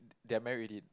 they're married already